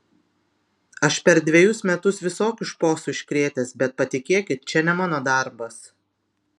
aš per dvejus metus visokių šposų iškrėtęs bet patikėkit čia ne mano darbas